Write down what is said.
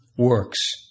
works